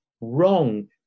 wrong